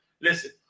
Listen